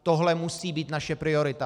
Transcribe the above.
Tohle musí být naše priorita.